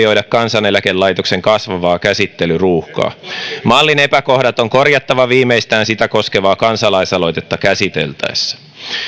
huomioida kansaneläkelaitoksen kasvavaa käsittelyruuhkaa mallin epäkohdat on korjattava viimeistään sitä koskevaa kansalaisaloitetta käsiteltäessä